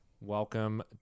Welcome